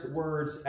words